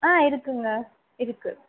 ஆ இருக்குதுங்க இருக்குது